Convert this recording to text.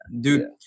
dude